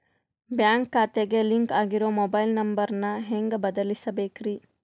Bank ಖಾತೆಗೆ link ಆಗಿರೋ mobile number ನ ಹೆಂಗ್ ಬದಲಿಸಬೇಕ್ರಿ?